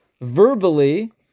verbally